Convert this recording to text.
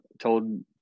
told